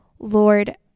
Lord